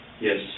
Yes